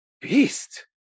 Beast